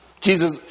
Jesus